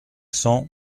cents